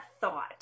thought